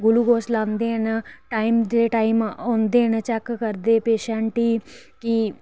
glucose लांदे न time दे टाईम औंदे न चैक करदे पेशेंट गी कि